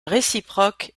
réciproque